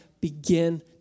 begin